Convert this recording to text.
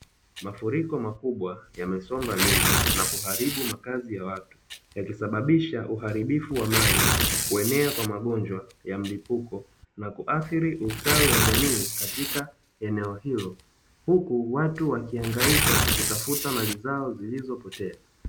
Mafuriko makubwa, yamesomba nyumba na kuharibu makazi ya watu, yakisababisha uharibifu wa mali, kuenea kwa magonjwa ya mlipuko na kuathiri ustawi wa jamii katika eneo hilo, huku watu wakihangaika kutafuta mali zao zilizopotea.